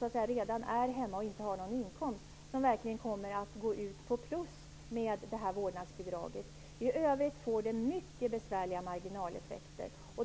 parten redan är hemma och inte har någon inkomst -- förmodligen kvinnan -- som kommer att gå med plus med vårdnadsbidraget. För övrigt kommer det att få mycket besvärliga marginaleffekter.